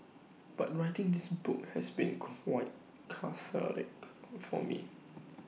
but writing this book has been quite cathartic for me